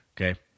Okay